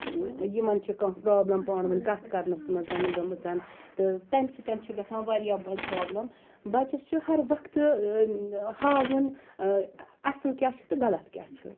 یِمَن چھِ کانٛہہ پرابلم پانہٕ ؤنۍ کتھ کَرنَس مَنٛز گٔمٕژَن تہٕ تمہِ سۭتۍ چھ گَژھان واریاہ بٔڑ پرابلَم بَچَس چھُ ہَر وَقتہٕ ہاوُن اصل کیاہ چھُ تہٕ غَلَط کیاہ چھُ